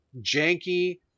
janky